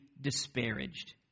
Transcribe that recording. disparaged